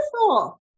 beautiful